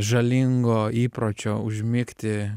žalingo įpročio užmigti